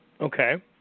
Okay